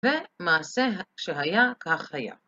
ומעשה שהיה, כך היה.